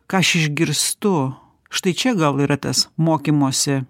ką aš išgirstu štai čia gal yra tas mokymosi